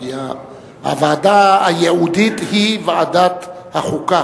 כי הוועדה הייעודית היא ועדת החוקה,